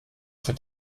für